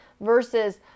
versus